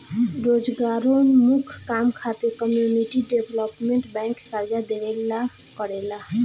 रोजगारोन्मुख काम खातिर कम्युनिटी डेवलपमेंट बैंक कर्जा देवेला करेला